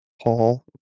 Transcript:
Paul